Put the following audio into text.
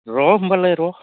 र' होमबालाय र'